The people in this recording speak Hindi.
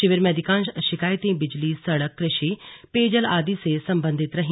शिविर में अधिकांश शिकायतें बिजली सड़क कृषि पेयजल आदि से संबंधित रहीं